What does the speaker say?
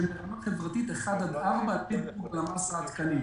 והן בדירוג חברתי 4-1 על-פי דירוג למ"ס העדכני.